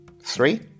Three